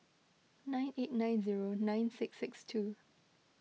nine eight nine zero nine six six two